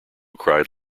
cried